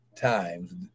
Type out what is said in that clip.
times